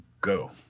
go